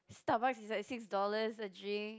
Starbucks is like six dollar a drink